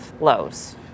lows